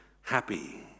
happy